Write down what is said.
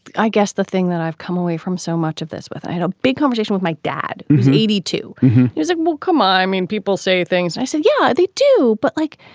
i guess, the thing that i've come away from so much of this with. i had a big conversation with my dad maybe two years ago. come on. i mean, people say things. i said, yeah, they do but like,